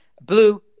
Blue